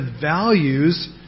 values